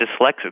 dyslexic